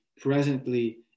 presently